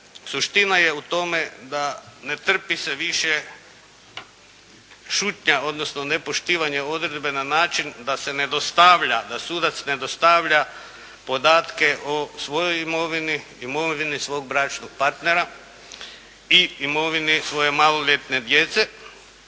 suština je u tome da ne trpi se više šutnja, odnosno nepoštivanje odredbe na način da se ne dostavlja, da sudac ne dostavlja podatke o svojoj imovini, imovini svog bračnog partnera i imovini svoje maloljetne djece,